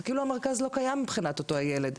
זה כאילו המרכז לא קיים מבחינת אותו הילד,